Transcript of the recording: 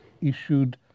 issued